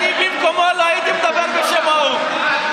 אני במקומו לא הייתי מדבר בשם האו"ם.